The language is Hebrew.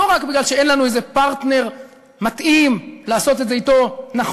לא רק מפני שאין לנו איזה פרטנר מתאים לעשות את זה אתו נכון.